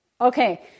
Okay